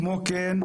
כמו כן,